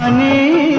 um me